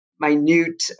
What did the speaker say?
minute